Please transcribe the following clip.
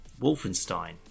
Wolfenstein